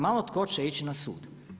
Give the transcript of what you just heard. Malo tko će ići na sud.